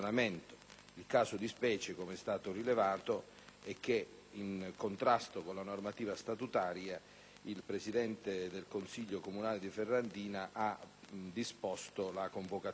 Nel caso di specie, come è stato rilevato, in contrasto con la normativa statutaria, il Presidente del Consiglio comunale di Ferrandina ha disposto la convocazione